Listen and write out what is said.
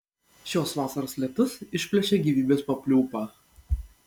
šios vasaros lietus išplėšė gyvybės papliūpą